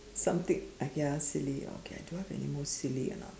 something !aiya! silly uh okay I don't want tell you anymore silly ah